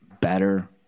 better